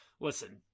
Listen